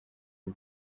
uru